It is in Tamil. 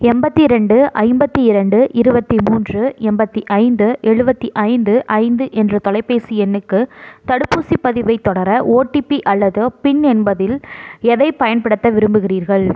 எண்பத்தி ரெண்டு ஐம்பத்து இரண்டு இருபத்தி மூன்று எண்பத்தி ஐந்து எழுபத்தி ஐந்து ஐந்து என்ற தொலைபேசி எண்ணுக்கு தடுப்பூசிப் பதிவை தொடர ஓடிபி அல்லது பின் என்பதில் எதை பயன்படுத்த விரும்புகிறீர்கள்